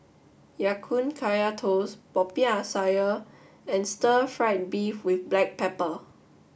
Ya Kun Kaya Toast Popiah Sayur and Stir Fried Beef with Black Pepper